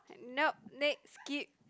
nope next skip